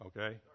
Okay